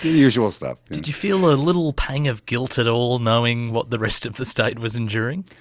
usual stuff. did you feel a little pang of guilt at all, knowing what the rest of the state was enduring?